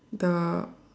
the